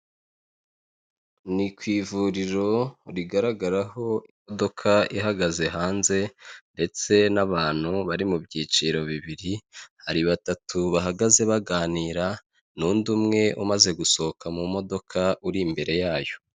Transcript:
Ni ku ivuriro rigaragaraho imodoka ihagaze hanze ndetse n'abantu bari mu byiciro bibiri, hari batatu bahagaze baganira, n'undi umwe umaze gusohoka mu modoka uri imbere yayo.